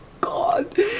god